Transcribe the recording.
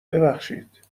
ببخشید